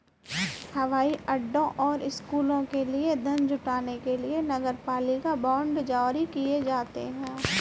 हवाई अड्डों और स्कूलों के लिए धन जुटाने के लिए नगरपालिका बांड जारी किए जाते हैं